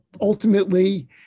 ultimately